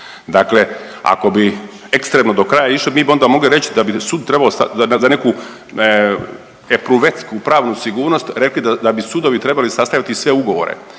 Dakle, ako bi ekstremno do kraja išli mi bi onda mogli reći da bi sud trebao za neku epruvetsku pravnu sigurnost rekli da bi sudovi trebali sastavljati sve ugovore.